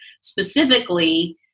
specifically